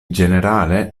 ĝenerale